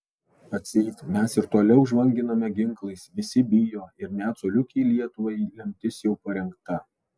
atseit mes ir toliau žvanginame ginklais visi bijo ir net coliukei lietuvai lemtis jau parengta